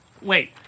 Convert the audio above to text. Wait